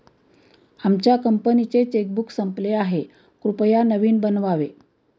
आमच्या कंपनीचे चेकबुक संपले आहे, कृपया नवीन बनवावे